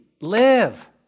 Live